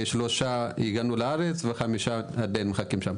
3 הגענו לארץ ו-5 עדיין מחכים שם.